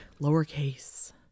lowercase